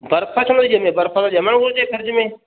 बरफ छो नथी ॼमे बर्फ त ॼमण घुरिजे फिरिज में